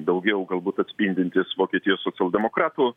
daugiau galbūt atspindintis vokietijos socialdemokratų